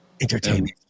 Entertainment